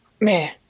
Man